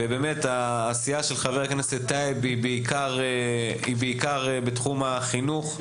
ובאמת העשייה של חבר הכנסת טייב היא בעיקר בתחום החינוך,